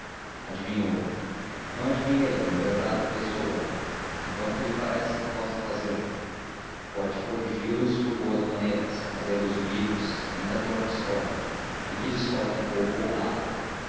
adivinhou não adivinhei é o meu retrato em pessoa mas então que lhe parece que possa fazer pode corrigi los por boas maneiras fazê los unidos ainda quando discordem e que discordem pouco ou nada